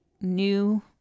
new